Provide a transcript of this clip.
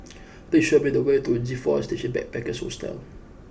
please show me the way to G four Station Backpackers Hostel